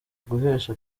guhesha